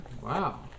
Wow